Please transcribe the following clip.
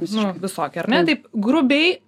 nu visokį ar ne taip grubiai